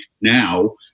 now